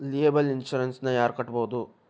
Liable insurance ನ ಯಾರ್ ಕಟ್ಬೊದು?